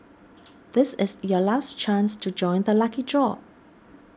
this is your last chance to join the lucky draw